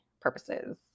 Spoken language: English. purposes